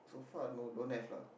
so far no don't have lah